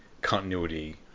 continuity